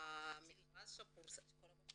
המכרז שפורסם.